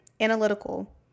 analytical